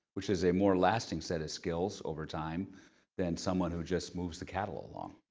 which is a more lasting set of skills over time than someone who just moves the cattle along.